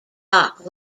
dock